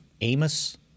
Amos